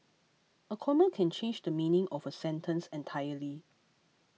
a comma can change the meaning of a sentence entirely